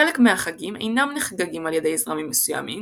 חלק מהחגים אינם נחגגים על ידי זרמים מסוימים